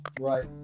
Right